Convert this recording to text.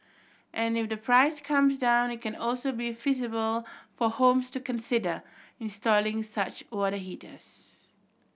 and if the price comes down it can also be feasible for homes to consider installing such water heaters